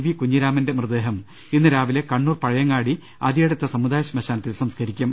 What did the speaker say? V കുഞ്ഞിരാമന്റെ മൃതദേഹം ഇന്ന് രാവിലെ കണ്ണൂർ പഴയങ്ങാടി അതിയടത്തെ സമുദായ ശ്മശാനത്തിൽ സംസ്കരിക്കും